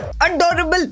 Adorable